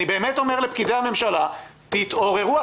אני באמת אומר לפקידי הממשלה: תתעוררו.